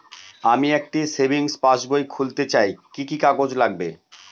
আমি একটি savings passbook খুলতে চাই কি কি কাগজ লাগবে?